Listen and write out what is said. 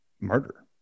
murder